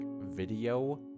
video